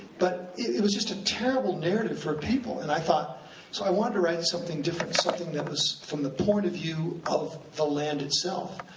but it was just a terrible narrative for a people. and i thought, so i wanted to write something different, something that was from the point of view of the land itself.